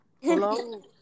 Hello